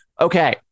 Okay